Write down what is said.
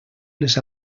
les